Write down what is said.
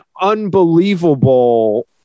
unbelievable